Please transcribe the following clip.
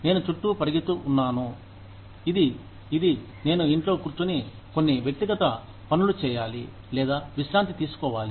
నేను చుట్టూ పరిగెత్తు ఉన్నాను ఇది ఇది నేను ఇంట్లో కూర్చుని కొన్ని వ్యక్తిగత పనులు చేయాలి లేదా విశ్రాంతి తీసుకోవాలి